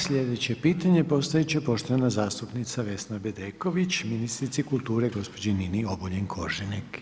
Slijedeće pitanje postavit će poštovana zastupnica Vesna Bedeković ministrici kulture gospođi Nini Obuljen Koržinek.